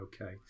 okay